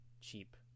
cheap